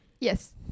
Yes